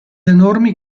enormi